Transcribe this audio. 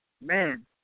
man